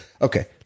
Okay